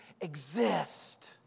exist